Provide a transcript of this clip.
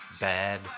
bad